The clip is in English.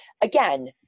again